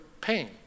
pain